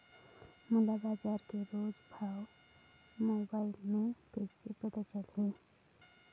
मोला बजार के रोज भाव मोबाइल मे कइसे पता चलही?